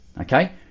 Okay